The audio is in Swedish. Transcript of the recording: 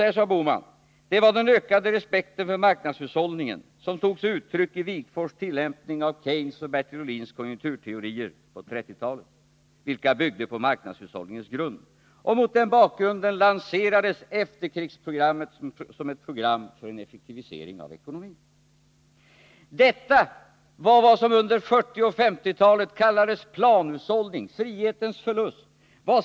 Gösta Bohman sade: ”Det var den ökade respekten för marknadshushållningen som tog sig uttryck i Wigforss tillämpning av Keynes och Bertil Ohlins konjunkturteorier på 30-talet, vilka byggde på marknadshushållningens grund. Och mot den bakgrunden lanserades efterkrigsprogrammet som ett program för en effektivisering av ekonomin.” Detta var vad som under 1940 och 1950-talen kallades planhushållning, frihetens förlust.